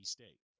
State